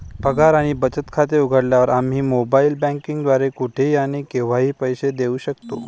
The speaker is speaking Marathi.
पगार आणि बचत खाते उघडल्यावर, आम्ही मोबाइल बँकिंग द्वारे कुठेही आणि केव्हाही पैसे देऊ शकतो